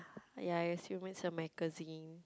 ya I assume it's a magazine